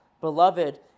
Beloved